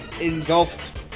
engulfed